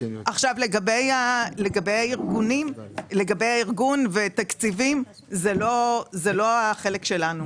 לגבי הארגון ותקציבים, זה לא החלק שלנו.